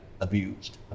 abused